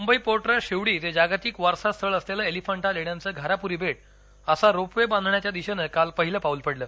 Mumbai port trust Shivdi ते जागतिक वारसा स्थळ असलेलं एलीफंटा लेण्यांचं घारापुरी बेट असा रोप वे बांधण्याच्या दिशेनं काल पहिलं पाऊल पडलं